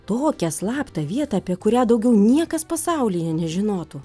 tokią slaptą vietą apie kurią daugiau niekas pasaulyje nežinotų